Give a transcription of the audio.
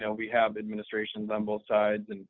you know we have administrations on both sides, and